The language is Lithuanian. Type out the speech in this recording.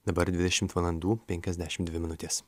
dabar dvidešimt valandų penkiasdešimt dvi minutės